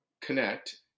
connect